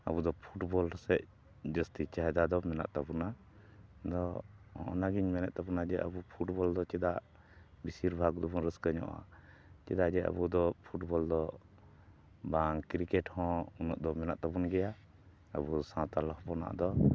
ᱟᱵᱚᱫᱚ ᱯᱷᱩᱴᱵᱚᱞ ᱥᱮᱫ ᱡᱟᱹᱥᱛᱤ ᱪᱟᱦᱮᱫᱟ ᱫᱚ ᱢᱮᱱᱟᱜ ᱛᱟᱵᱚᱱᱟ ᱟᱫᱚ ᱚᱱᱟᱜᱮᱧ ᱢᱮᱱᱮᱫ ᱛᱟᱵᱚᱱᱟ ᱡᱮ ᱟᱵᱚ ᱯᱷᱩᱴᱵᱚᱞ ᱫᱚ ᱪᱮᱫᱟᱜ ᱵᱤᱥᱤᱨ ᱵᱷᱟᱜᱽ ᱫᱚᱵᱚᱱ ᱨᱟᱹᱥᱠᱟᱹ ᱧᱚᱜᱼᱟ ᱪᱮᱫᱟᱜ ᱡᱮ ᱟᱵᱚᱫᱚ ᱯᱷᱩᱴᱵᱚᱞ ᱫᱚ ᱵᱟᱝ ᱠᱨᱤᱠᱮᱴ ᱦᱚᱸ ᱩᱱᱟᱹᱜ ᱫᱚ ᱢᱮᱱᱟᱜ ᱛᱟᱵᱚᱱ ᱜᱮᱭᱟ ᱟᱵᱚ ᱥᱟᱶᱛᱟᱞ ᱦᱚᱯᱚᱱᱟᱜ ᱫᱚ